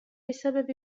بسبب